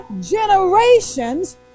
generations